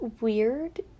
weird